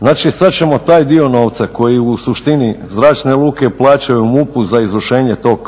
Znači sada ćemo taj dio novca koji u suštini zračne luke plaćaju MUP-u za izvršenje tog